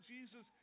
Jesus